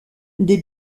des